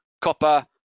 copper